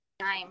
time